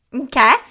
Okay